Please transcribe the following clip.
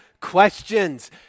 questions